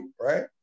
right